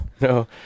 No